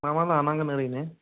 मा मा लानांगोन ओरैनो